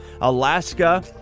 Alaska